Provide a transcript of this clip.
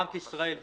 בנק ישראל ביקש,